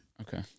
Okay